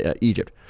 egypt